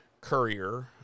courier